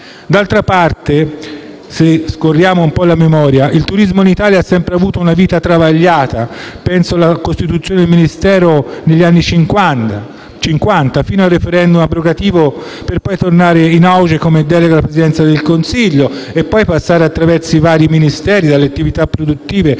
D'altra parte, andando indietro con la memoria, il turismo in Italia ha sempre avuto una vita travagliata; penso alla costituzione del Ministero nei primi anni Cinquanta, fino al *referendum* abrogativo, per poi tornare in auge come delega alla Presidenza del Consiglio, per poi passare sotto il Ministero delle attività produttive e poi